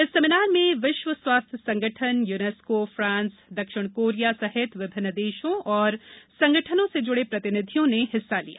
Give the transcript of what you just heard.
इस सेमीनार में विश्व स्वास्थ्य संगठन यूनेस्को फ़ांस दक्षिण कोरिया सहित विभिन्न देशों और संगठनों से जुड़े प्रतिनिधियों ने हिस्सा लिया